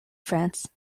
france